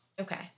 Okay